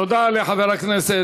תודה רבה לחבר הכנסת